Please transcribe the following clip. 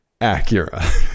Acura